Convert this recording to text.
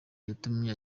yatumye